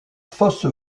fausse